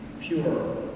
pure